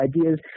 ideas